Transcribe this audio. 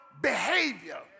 behavior